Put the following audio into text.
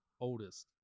oldest